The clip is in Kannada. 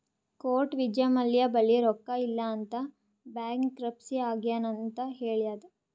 ಕೋರ್ಟ್ ವಿಜ್ಯ ಮಲ್ಯ ಬಲ್ಲಿ ರೊಕ್ಕಾ ಇಲ್ಲ ಅಂತ ಬ್ಯಾಂಕ್ರಪ್ಸಿ ಆಗ್ಯಾನ್ ಅಂತ್ ಹೇಳ್ಯಾದ್